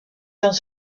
dans